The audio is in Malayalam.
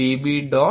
Db